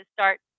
start